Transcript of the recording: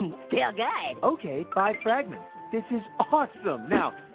and still good. okay, five fragments, this is awesome. now,